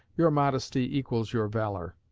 your modesty equals your valor!